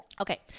Okay